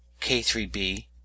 K3B